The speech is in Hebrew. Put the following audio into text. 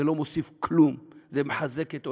זה לא מוסיף כלום, זה מחזק את אויבינו,